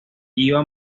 iba